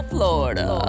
Florida